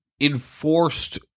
enforced